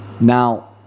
Now